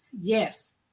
Yes